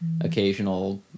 occasional